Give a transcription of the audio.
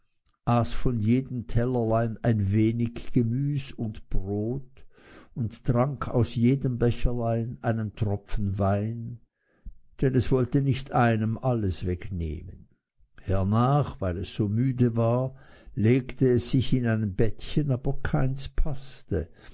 aß von jedem tellerlein ein wenig gemüs und brot und trank aus jedem becherlein einen tropfen wein denn es wollte nicht einem allein alles wegnehmen hernach weil es so müde war legte es sich in ein bettchen aber keins paßte